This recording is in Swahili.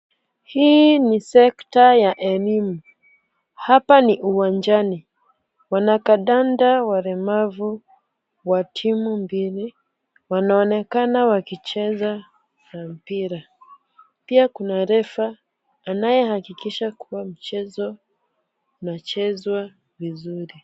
Hii ni sekta ya elimu. Hapa ni uwanjani. Wanakandanda walemavu wa timu mbili wanaonekana wakicheza na mpira. Pia kuna refa anayehakikisha kuwa mchezo unachezwa vizuri.